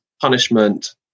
punishment